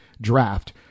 draft